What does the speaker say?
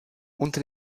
unter